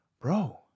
bro